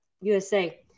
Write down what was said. USA